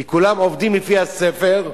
כי כולם עובדים לפי הספר,